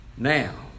Now